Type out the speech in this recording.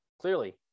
clearly